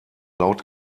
laut